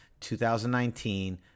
2019